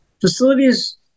facilities